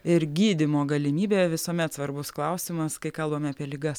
ir gydymo galimybė visuomet svarbus klausimas kai kalbam apie ligas